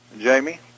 Jamie